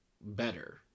better